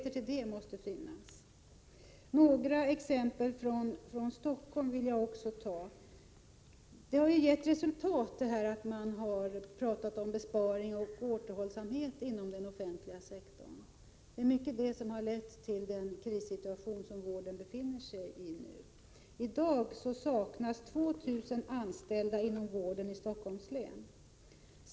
Jag vill också ta några exempel från Stockholm. Man har talat så mycket om besparingar och återhållsamhet inom den offentliga sektorn, och det har gett resultat. Det är detta som i stor utsträckning har lett till den krissituation som vården befinner sig i nu. I dag saknas 2 000 anställda inom vården i Stockholms län.